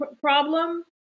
problem